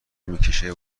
میکشه